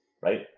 right